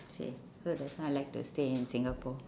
safe so that's why I like to stay in singapore